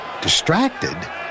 Distracted